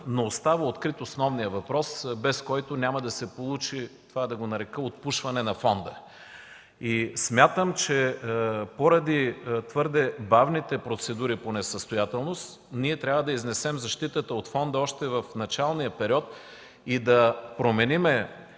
Но остава открит основният въпрос, без който няма да се получи „отпушване” на фонда. Смятам, че поради твърде бавните процедури по несъстоятелност ние трябва да изнесем защитата от фонда още в началния период и да променим